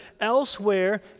elsewhere